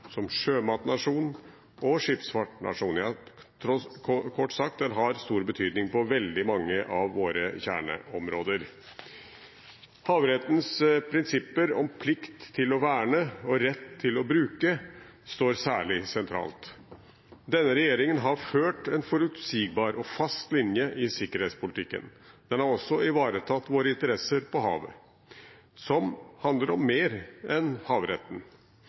som sjømatnasjon og som skipsfartsnasjon – kort sagt, den har stor betydning på veldig mange av våre kjerneområder. Havrettens prinsipper om plikt til å verne og rett til å bruke står særlig sentralt. Denne regjeringen har ført en forutsigbar og fast linje i sikkerhetspolitikken. Den har også ivaretatt våre interesser på havet, som handler om mer enn havretten.